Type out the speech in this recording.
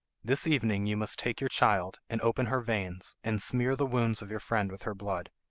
this evening you must take your child, and open her veins, and smear the wounds of your friend with her blood.